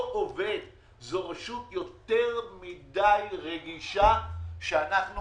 זו רשות יותר מדי רגישה שאנחנו